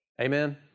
Amen